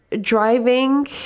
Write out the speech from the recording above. driving